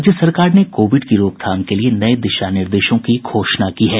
राज्य सरकार ने कोविड की रोकथाम के लिए नये दिशा निर्देशों की घोषणा की है